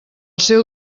seu